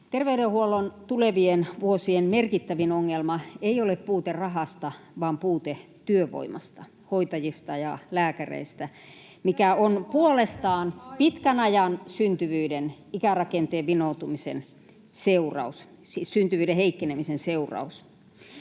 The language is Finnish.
Terveydenhuollon tulevien vuosien merkittävin ongelma ei ole puute rahasta vaan puute työvoimasta — hoitajista ja lääkäreistä — [Välihuuto] mikä on puolestaan pitkän ajan syntyvyyden ikärakenteen vinoutumisen seuraus, siis syntyvyyden heikkenemisen seuraus.